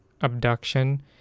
abduction